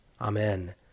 Amen